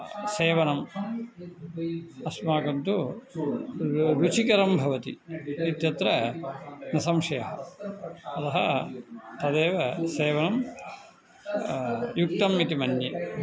सेवनम् अस्माकं तु रू रुचिकरं भवति इत्यत्र न संशयः अतः तदेव सेवनं युक्तम् इति मन्ये